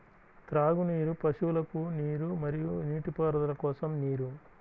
త్రాగునీరు, పశువులకు నీరు మరియు నీటిపారుదల కోసం నీరు